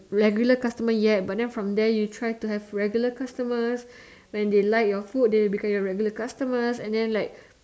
regular customer yet but then from there you try to have regular customers when they like your food they become your regular customers and then like